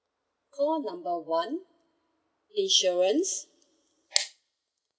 call number one insurance